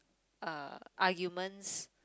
uh arguments